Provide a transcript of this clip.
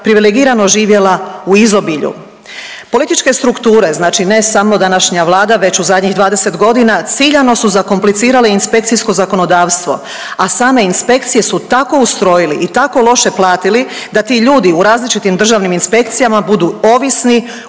privilegirano živjela u izobilju. Političke strukture, znači ne samo današnja vlada već u zadnjih 20 godina, ciljano su zakomplicirale inspekcijsko zakonodavstvo, a same inspekcije su tako ustrojili i tako loše platili da ti ljudi u različitim državnim inspekcijama budu ovisni,